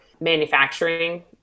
manufacturing